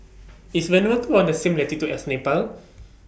IS Vanuatu on The same latitude as Nepal